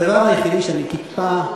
הדבר היחידי שאני טיפה,